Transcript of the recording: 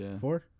four